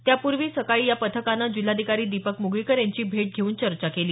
त्यापूर्वी आज सकाळी या पथकाने जिल्हाधिकारी दीपक मुगळीकर यांची भेट घेऊन चर्चा केली